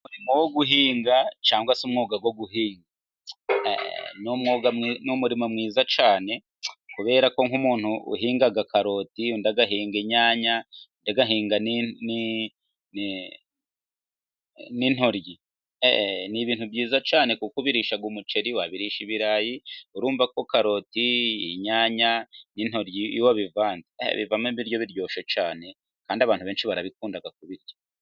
Umurimo wo guhinga cyangwa se umwuga wo guhinga, ni umurimo mwiza cyane, kubera ko nk'umuntu uhinga karoti, undi agahinga inyanya, undi agahinga intoryi, ni ibintu byiza cyane kuko ubirisha umuceri, wabirisha ibirayi, urumva ko karoti, inyanya, intoryi iyo wabivanze, bivamo ibiryo biryoshye cyane, kandi abantu benshi barabikunda kubirya.